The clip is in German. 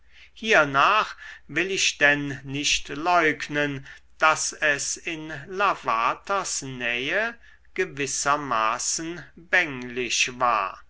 hiernach will ich denn nicht leugnen daß es in lavaters nähe gewissermaßen bänglich war